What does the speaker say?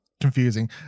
confusing